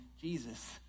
Jesus